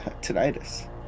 tinnitus